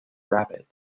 rapid